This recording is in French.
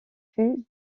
fut